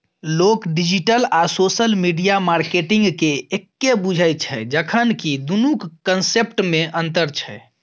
लोक डिजिटल आ social media मार्केटिंगकेँ एक्के बुझय छै जखन कि दुनुक कंसेप्टमे अंतर छै